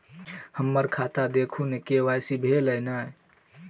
हम्मर खाता देखू नै के.वाई.सी भेल अई नै?